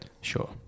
Sure